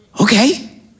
Okay